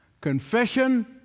Confession